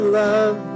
love